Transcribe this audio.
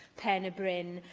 pen-y-bryn,